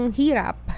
hirap